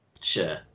Sure